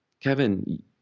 Kevin